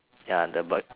ya the but